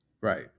Right